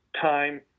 time